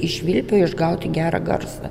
iš švilpio išgauti gerą garsą